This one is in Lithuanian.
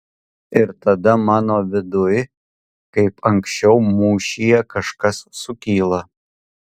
ir tada mano viduj kaip anksčiau mūšyje kažkas sukyla